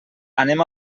anem